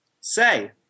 Say